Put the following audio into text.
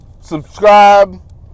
subscribe